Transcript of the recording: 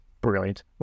brilliant